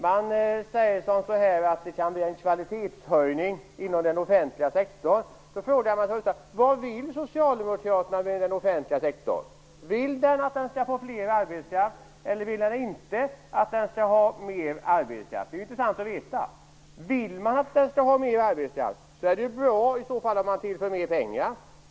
Socialdemokraterna säger att detta kan innebära en kvalitetshöjning inom den offentliga sektorn. Då frågar jag mig för det första: Vad vill Socialdemokraterna med den offentliga sektorn? Vill de att den skall få mer arbetskraft eller inte? Det är intressant att veta. Om man vill att den skall få mer arbetskraft är det bra om man tillför mer pengar.